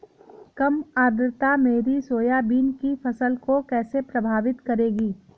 कम आर्द्रता मेरी सोयाबीन की फसल को कैसे प्रभावित करेगी?